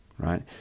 right